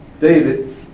David